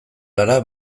gara